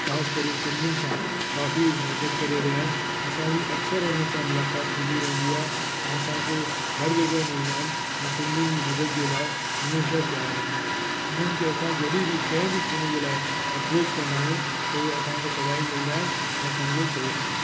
खास करे सिंधियुन सां काफ़ी मुहबत करे रहिया आहिनि असांजी अक्सरि उन्हनि सां मुलाक़ात थींदी रहंदी आहे ऐं असांखे हर जॻह मिलंदा आहिनि ऐं सिंधियुनि जी मदद जे लाइ हमेशह तयारु रहंदा आहिनि हुननि खे असां जॾहिं बि कंहिं बि कम जे लाइ अप्रोच कंदा आहियूं त उहे असांखो सदा ई मिलंदा आहिनि ऐं असांजो सहयोग कंदा आहिनि